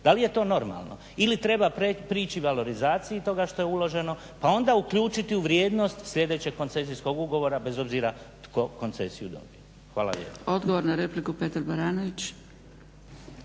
Da li je to normalno? Ili treba prići valorizaciji toga što je uloženo, pa onda uključiti u vrijednost sljedećeg koncesijskog ugovora bez obzira tko koncesiju donio? Hvala lijepa. **Zgrebec, Dragica